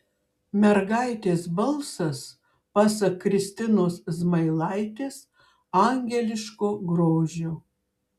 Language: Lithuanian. mergaitės balsas pasak kristinos zmailaitės angeliško grožio